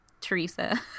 Teresa